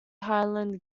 highland